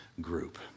group